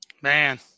Man